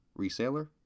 Reseller